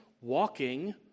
walking